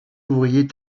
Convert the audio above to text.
ouvrier